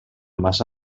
massa